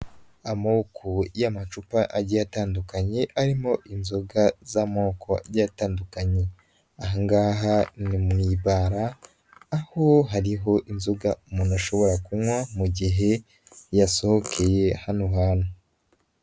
Amoko y'amacupa agiye atandukanye arimo inzoga z'amoko atandukanye, aha ngaha ni mu ibara aho hariho inzoga umuntu ashobora kunywa mu gihe yasohokeye hano hantu.